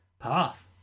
path